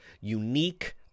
unique